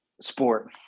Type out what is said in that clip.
sport